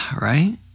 right